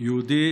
יהודי